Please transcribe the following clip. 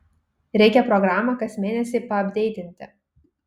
reikia programą kas mėnesį paapdeitinti